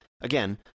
again